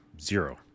zero